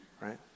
right